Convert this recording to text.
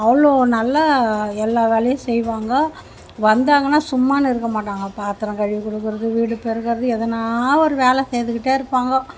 அவ்வளோ நல்லா எல்லா வேலையும் செய்வாங்க வந்தாங்கன்னா சும்மான்னு இருக்கமாட்டாங்க பாத்திரம் கழுவி கொடுக்குறது வீடு பெருக்கிறது எதனா ஒரு வேலை செய்துக்கிட்டே இருப்பாங்கோ